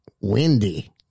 windy